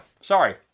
sorry